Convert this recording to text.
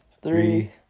Three